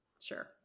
Sure